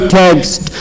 text